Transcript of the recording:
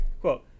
Quote